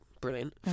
brilliant